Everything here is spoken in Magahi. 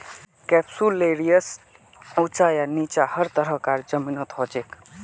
कैप्सुलैरिस ऊंचा या नीचा हर तरह कार जमीनत हछेक